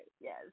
yes